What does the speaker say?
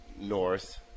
North